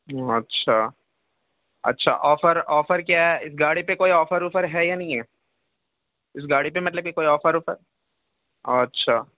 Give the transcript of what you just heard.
اچھا اچھا offer offer کیا ہے گاڑی پہ کوئی آفر وافر ہے یا نہیں ہے اس گاڑی پہ مطلب کہ کوئی آفر وافر اچھا